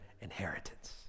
inheritance